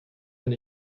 kann